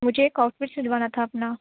مجھے ایک outfit سِلوانا تھا اپنا